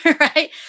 right